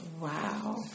Wow